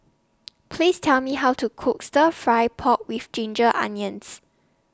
Please Tell Me How to Cook Stir Fry Pork with Ginger Onions